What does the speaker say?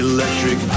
Electric